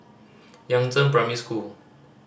Yangzheng Primary School